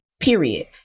period